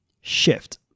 shift